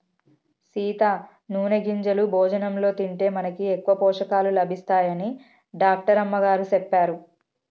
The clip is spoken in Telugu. సీత నూనె గింజలు భోజనంలో తింటే మనకి ఎక్కువ పోషకాలు లభిస్తాయని డాక్టర్ అమ్మగారు సెప్పారు